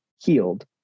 healed